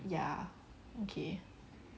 ya okay